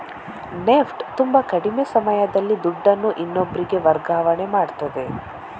NEFT ತುಂಬಾ ಕಡಿಮೆ ಸಮಯದಲ್ಲಿ ದುಡ್ಡನ್ನು ಇನ್ನೊಬ್ರಿಗೆ ವರ್ಗಾವಣೆ ಮಾಡ್ತದೆ